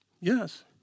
Yes